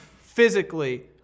physically